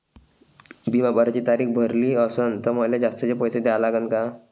बिमा भराची तारीख भरली असनं त मले जास्तचे पैसे द्या लागन का?